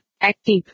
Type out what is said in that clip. Active